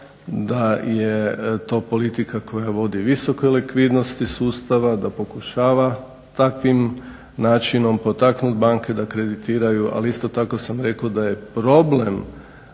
da je to politika koja vodi visokoj likvidnosti sustava, da pokušava takvim načinom potaknuti banke da kreditiraju. Ali isto tako sam rekao da je problem